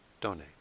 donate